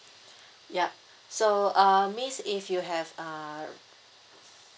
yup so uh miss if you have uh